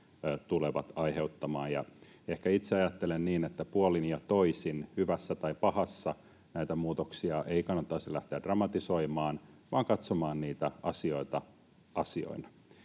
tulevat aiheuttamaan. Ehkä itse ajattelen niin, että puolin ja toisin hyvässä tai pahassa näitä muutoksia ei kannattaisi lähteä dramatisoimaan vaan katsomaan niitä asioita asioina.